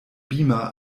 beamer